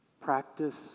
Practice